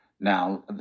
Now